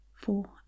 four